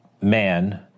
man